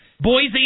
Boise